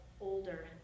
older